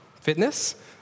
fitness